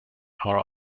are